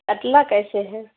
کتلا کیسے ہے